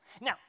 Now